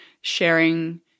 sharing